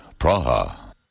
Praha